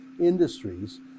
industries